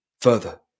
further